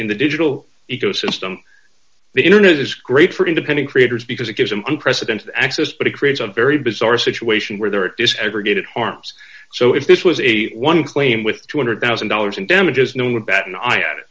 in the digital ecosystem the internet is great for independent creators because it gives him the president access but it creates a very bizarre situation where there is aggregated harms so if this was a one claim with two hundred thousand dollars in damages no one would bat an eye at it